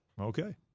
Okay